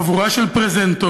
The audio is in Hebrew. חבורה של פרזנטורים